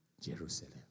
Jerusalem